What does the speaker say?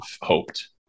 hoped